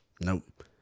Nope